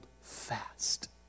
fast